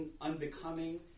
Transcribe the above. unbecoming